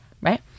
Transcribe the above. Right